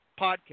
podcast